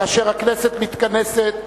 כאשר הכנסת מתכנסת.